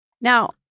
Now